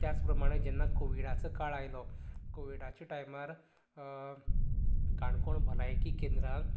त्याच प्रमाणें जेन्ना कोविडाचो काळ आयलो कोविडाच्या टायमार काणकोण भलायकी केंद्राक